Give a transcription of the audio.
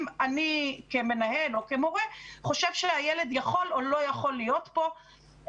אני כמנהל או כמורה חושב שילד יכול או לא יכול להיות פה,